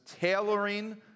tailoring